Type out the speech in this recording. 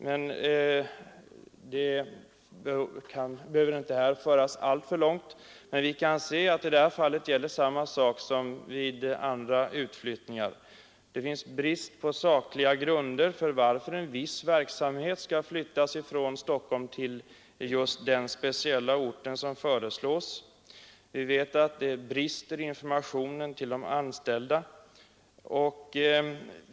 Resonemanget behöver inte föras alltför långt, men vi kan se att i detta fall gäller detsamma som vid andra utflyttningar. Det råder brist på sakliga grunder för att en viss verksamhet skall flyttas från Stockholm till just den speciella ort som föreslås. Vi vet att det brister i informationen till de anställda.